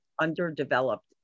underdeveloped